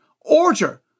order